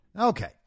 Okay